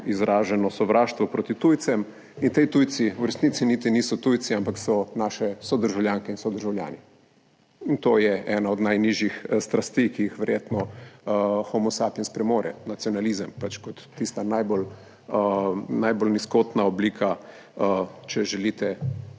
izraženo sovraštvo proti tujcem. Ti tujci v resnici niti niso tujci, ampak so naše sodržavljanke in sodržavljani. To je ena od najnižjih strasti, ki jih verjetno homo sapiens premore, pač nacionalizem kot tista najbolj nizkotna oblika, če želite,